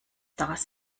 das